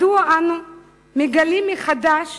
מדוע אנו מגלים מחדש